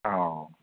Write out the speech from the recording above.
आव